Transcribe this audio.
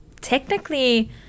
technically